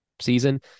season